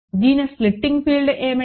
దీని splitting field ఏమిటి